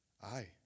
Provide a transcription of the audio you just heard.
Aye